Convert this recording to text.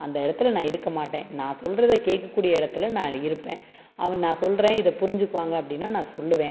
அந்த இடத்துல நான் இருக்கமாட்டேன் நான் சொல்கிறத கேட்கக்கூடிய இடத்துல நான் இருப்பேன் அவன் நான் சொல்கிறேன் இதை புரிஞ்சுக்குவாங்க அப்படின்னா நான் சொல்லுவேன்